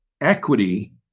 equity